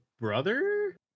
brother